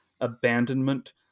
abandonment